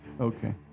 Okay